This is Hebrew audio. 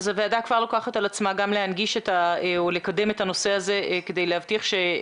הוועדה כבר לוקחת על עצמה גם לקדם את הנושא הזה כדי לנסות